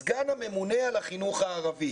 סגן הממונה על החינוך הערבי.